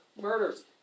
murders